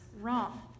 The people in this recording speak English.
wrong